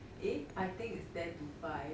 eh I think is ten to five